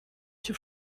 się